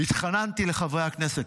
התחננתי לחברי הכנסת.